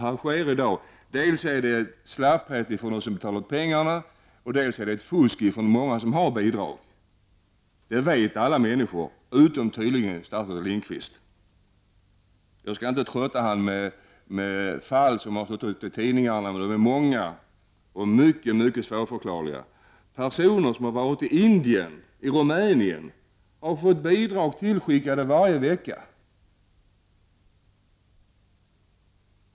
Dels finns det ju en slapphet bland dem som betalar ut pengarna, dels förekommer det fusk bland många av dem som får bidrag. Detta vet alla utom, tydligen, statsrådet Jag skall inte trötta statsrådet med att ta upp olika fall som det har stått om i tidningarna och som är många till antalet och synnerligen svårförklarliga. Men det har t.ex. hänt att man har skickat bidrag varje vecka till personer som har befunnit sig i Indien eller Rumänien.